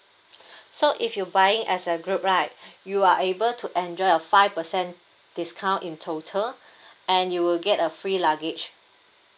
so if you buying as a group right you are able to enjoy a five percent discount in total and you will get a free luggage